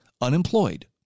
unemployed